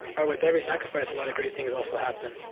or with every sacrifice, a lot of great things also happen.